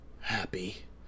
Happy